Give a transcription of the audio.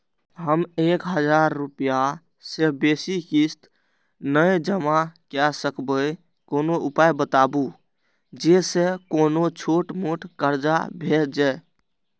हम एक हजार रूपया से बेसी किस्त नय जमा के सकबे कोनो उपाय बताबु जै से कोनो छोट मोट कर्जा भे जै?